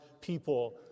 people